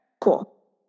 cool